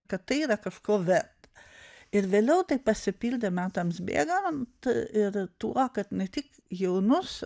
kad tai yra kažko verta ir vėliau taip pasipildė metams bėgant ir tuo kad ne tik jaunus